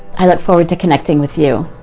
i look forward to connecting with you.